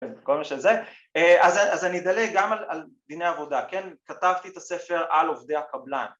‫כל מה שזה. ‫אז אני אדלג גם על דיני עבודה, כן? ‫כתבתי את הספר על עובדי הקבלן.